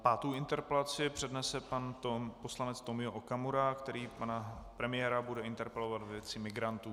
Pátou interpelaci přednese pan poslanec Tomio Okamura, který pana premiéra bude interpelovat ve věci migrantů.